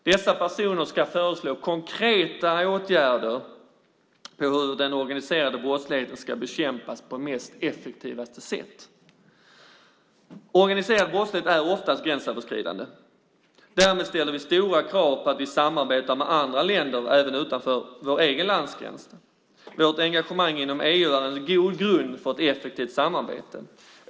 Dessa personer ska föreslå konkreta åtgärder för hur den organiserade brottsligheten ska bekämpas på effektivaste sätt. Organiserad brottslighet är oftast gränsöverskridande. Därmed ställer vi stora krav på att vi samarbetar med andra länder utanför vår egen landsgräns. Vårt engagemang inom EU utgör en god grund för ett effektivt samarbete.